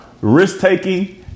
risk-taking